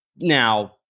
now